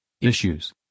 issues